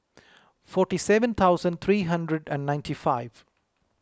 forty seven thousand three hundred and ninety five